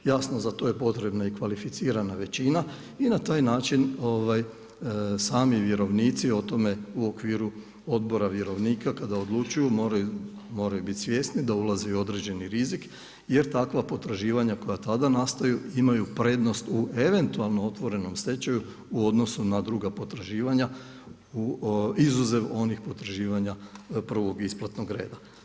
Jasno za to je potrebna i kvalificirana većina i na taj način sami vjerovnici o tome u okviru Odbora vjerovnika kada odlučuju moraju bit svjesni da ulaze i u određeni rizik, jer takva potraživanja koja tada nastaju imaju prednost u eventualno otvorenom stečaju u odnosu na druga potraživanja, izuzev onih potraživanja prvog isplatnog reda.